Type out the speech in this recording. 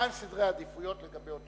מה הם סדרי העדיפויות לגבי אותו כסף.